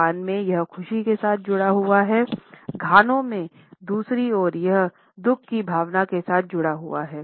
Japan में यह खुशी के साथ जुड़ा हुआ है घाना में दूसरी ओर यह दुख की भावना के साथ जुड़ा हुआ है